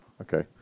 okay